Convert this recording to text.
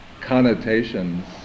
connotations